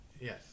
Yes